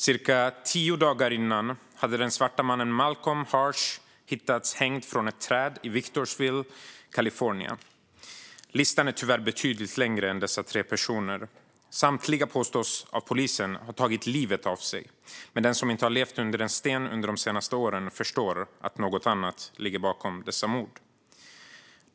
Cirka tio dagar tidigare hade den svarte mannen Malcolm Harsch hittats hängd från ett träd i Victorville, Kalifornien. Listan är tyvärr betydligt längre än dessa tre personer. Samtliga påstås av polisen ha tagit livet av sig, men den som inte har levt under en sten de senaste åren förstår att något annat ligger bakom dessa mord.